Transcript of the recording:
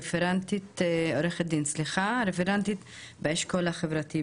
רפרנטית באשכול החברתי,